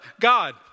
God